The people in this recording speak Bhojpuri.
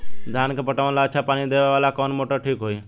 धान के पटवन ला अच्छा पानी देवे वाला कवन मोटर ठीक होई?